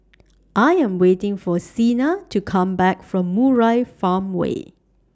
I Am waiting For Sina to Come Back from Murai Farmway